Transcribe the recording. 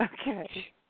Okay